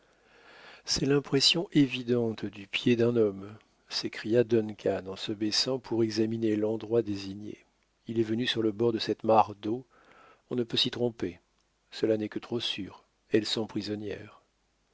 c'est l'impression évidente du pied d'un homme s'écria duncan en se baissant pour examiner l'endroit désigné il est venu sur le bord de cette mare d'eau on ne peut s'y tromper cela n'est que trop sûr elles sont prisonnières